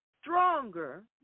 stronger